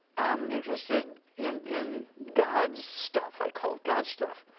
i'm interested in in god's stuff, i call it. god's stuff,